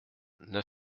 neuf